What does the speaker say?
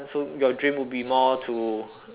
so your dream would be more to